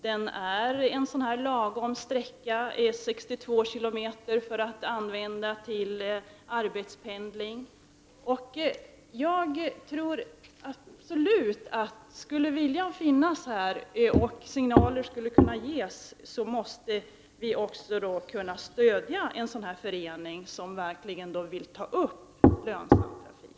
Dessutom rör det sig om en lagom lång sträcka — 62 km — för arbetspendling. Om bara viljan funnes och det kom signaler i den riktningen, tror jag absolut att det skulle gå att stödja en förening av det här slaget som verkligen vill ta upp trafiken på en bana som kan bli lönsam.